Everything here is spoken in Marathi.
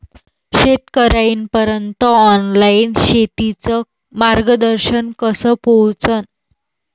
शेतकर्याइपर्यंत ऑनलाईन शेतीचं मार्गदर्शन कस पोहोचन?